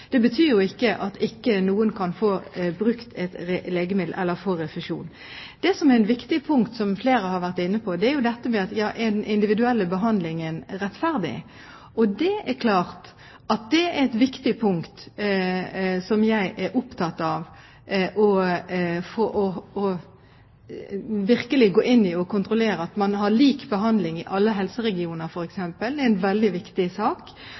betyr jo ikke at ikke noen kan få brukt et legemiddel eller få refusjon. Det som er viktig, og som flere har vært inne på, er om den individuelle behandlingen er rettferdig. Det er et viktig punkt som jeg er opptatt av og virkelig vil gå inn på, for å kontrollere at man f.eks. har lik behandling i alle helseregioner. Det er en veldig viktig sak.